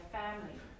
family